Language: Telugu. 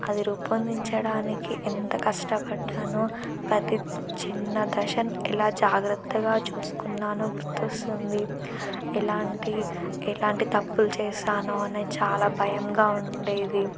అది రూపొందించడానికి ఎంత కష్టపడ్డానో ప్రతి చిన్న దశను ఎలా జాగ్రత్తగా చూసుకున్నానో గుర్తొస్తుంది ఎలాంటి ఎలాంటి తప్పులు చేశానో అనే చాలా భయంగా ఉండేది